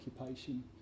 occupation